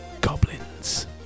goblins